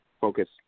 focus